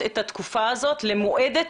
עובדת